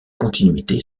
continuité